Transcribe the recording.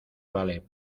vale